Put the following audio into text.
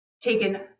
taken